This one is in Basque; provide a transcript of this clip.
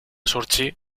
zortzi